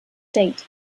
state